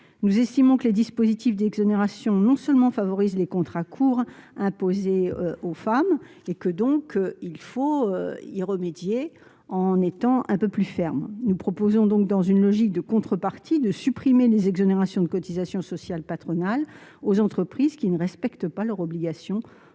Nous estimons que les dispositifs d'exonération de cotisations sociales favorisent les contrats courts imposés aux femmes. Pour y remédier, il nous faut être un peu plus fermes. Nous proposons, dans une logique de contrepartie, de supprimer les exonérations de cotisations sociales patronales dans les entreprises qui ne respectent pas leurs obligations en